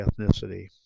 ethnicity